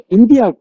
India